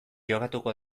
jokatuko